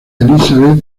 elizabeth